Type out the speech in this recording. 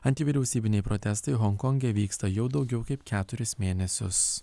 antivyriausybiniai protestai honkonge vyksta jau daugiau kaip keturis mėnesius